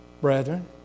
brethren